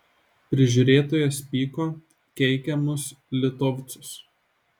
prižiūrėtojas pyko keikė mus litovcus